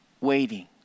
waiting